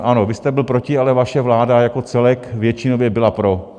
Ano, vy jste byl proti, ale vaše vláda jako celek většinově byla pro.